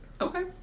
Okay